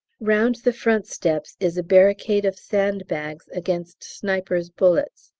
round the front steps is a barricade of sandbags against snipers' bullets.